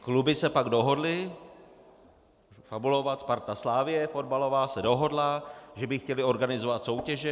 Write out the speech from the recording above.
Kluby se pak dohodly... fabulovat Sparta Slavie, fotbalová se dohodla, že by chtěly organizovat soutěže.